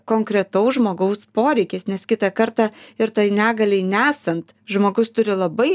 konkretaus žmogaus poreikiais nes kitą kartą ir tai negaliai nesant žmogus turi labai